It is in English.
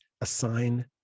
Assign